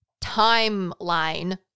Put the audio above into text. timeline